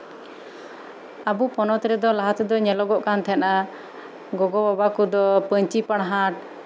ᱟᱵᱚ ᱯᱚᱱᱚᱛ ᱨᱮᱫᱚ ᱞᱟᱦᱟᱛᱮᱫᱚ ᱧᱮᱞᱚᱜᱚᱜ ᱠᱟᱱ ᱛᱟᱦᱮᱱᱟ ᱜᱚᱜᱚ ᱵᱟᱵᱟ ᱠᱚᱫᱚ ᱯᱟᱹᱧᱪᱤ ᱯᱟᱨᱦᱟᱲ